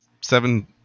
Seven